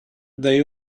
they